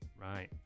Right